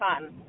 fun